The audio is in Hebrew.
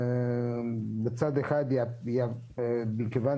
מצד אחד מכיוון